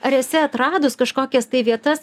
ar esi atradus kažkokias tai vietas